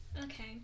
Okay